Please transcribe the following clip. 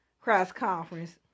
cross-conference